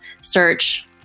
search